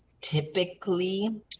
typically